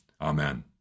Amen